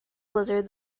blizzard